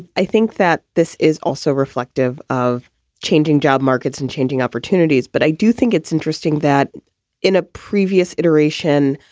i think that this is also reflective of changing job markets and changing opportunities. but i do think it's interesting that in a previous iteration,